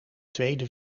tweede